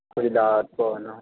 کھجلاہٹ کا ہونا